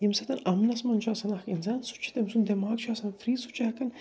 ییٚمہِ سۭتٮ۪ن امُنس منٛز چھُ آسان اکھ اِنسان سُہ چھُ تٔمۍ سُنٛد دٮ۪ماغ چھُ آسان فرٛی سُہ چھُ ہٮ۪کان